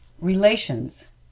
Relations